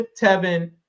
Tevin